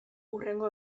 hurrengo